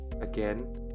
again